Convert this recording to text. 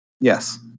Yes